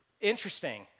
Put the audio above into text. interesting